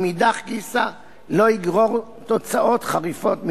ומאידך גיסא לא יגרור תוצאות חריפות מדי.